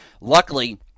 Luckily